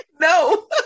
No